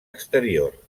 exterior